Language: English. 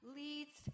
leads